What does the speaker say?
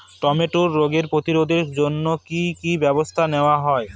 টমেটোর রোগ প্রতিরোধে জন্য কি কী ব্যবস্থা নেওয়া হয়?